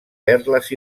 perles